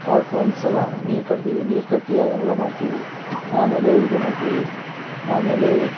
ವಾರಕ್ಕೆ ಒಂದುಸಲ ನೀರು ಕಟ್ತೀವಿ ನೀರು ಕಟ್ಟಿ ಅದನ್ನೆಲ್ಲ ಮಾಡ್ತೀವಿ ಆಮೇಲೆ ಇದು ಮಾಡ್ತೀವಿ ಆಮೇಲೆ